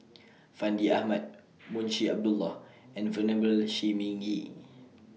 Fandi Ahmad Munshi Abdullah and Venerable Shi Ming Yi